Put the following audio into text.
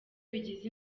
bigize